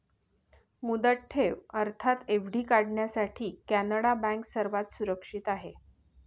मुदत ठेव अर्थात एफ.डी काढण्यासाठी कॅनडा बँक सर्वात सुरक्षित आहे